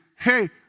hey